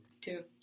Two